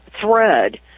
thread